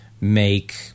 make